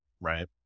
right